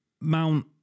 Mount